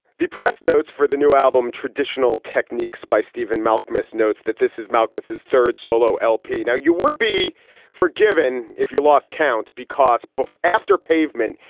the press notes for the new album, traditional techniques by stephen malkmus notes that this is malkmus, his third solo lp. now, you would be forgiven if you lost count because poff after pavement,